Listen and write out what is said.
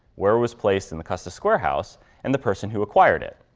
where it was placed in the custis square house and the person who acquired it.